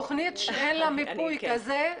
תוכנית שאין לה מיפוי כזה,